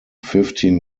fifteen